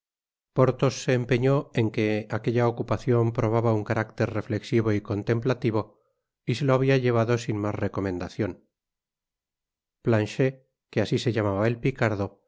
porthos se empeñó en que aquella ocupacion probaba un carácter reflexivo y contemplativo y se lo habia llevado sin mas recomendacion planchet que asi se llamaba el picardo